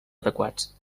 adequats